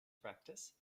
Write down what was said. practice